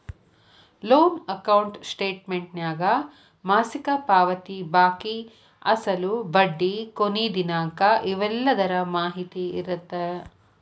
loan account ಸ್ಟೇಟಮೆಂಟ್ನ್ಯಾಗ ಮಾಸಿಕ ಪಾವತಿ ಬಾಕಿ ಅಸಲು ಬಡ್ಡಿ ಕೊನಿ ದಿನಾಂಕ ಇವೆಲ್ಲದರ ಮಾಹಿತಿ ಇರತ್ತ